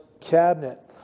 cabinet